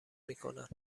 میکنن